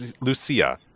Lucia